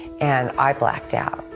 and i blacked out.